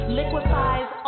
liquefies